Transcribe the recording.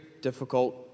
difficult